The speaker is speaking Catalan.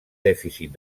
dèficit